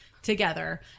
Together